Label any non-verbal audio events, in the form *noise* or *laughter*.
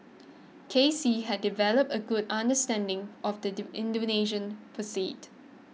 K C had developed a good understanding of the *unintelligible* Indonesian *unintelligible*